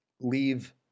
leave